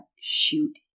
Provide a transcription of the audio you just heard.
shoot